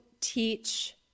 teach